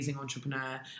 Entrepreneur